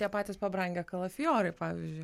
tie patys pabrangę kalafiorai pavyzdžiui